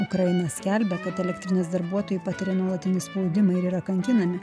ukraina skelbia kad elektrinės darbuotojai patiria nuolatinį spaudimą ir yra kankinami